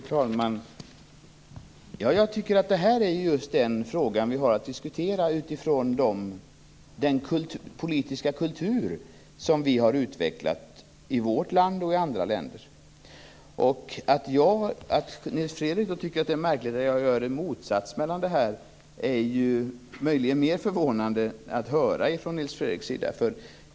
Fru talman! Jag tycker att detta är just den fråga vi har att diskutera utifrån den politiska kultur vi har utvecklat i vårt land och i andra länder. Det är förvånande att höra att Nils Fredrik Aurelius tycker att det är märkligt att jag ser ett motsatsförhållande här.